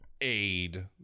aid